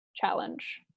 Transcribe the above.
challenge